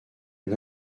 une